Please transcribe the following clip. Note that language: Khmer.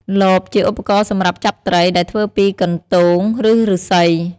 លប ជាឧបករណ៍សម្រាប់ចាប់ត្រីដែលធ្វើពីកន្ទោង ឬឫស្សី។